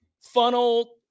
funnel